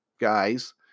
guys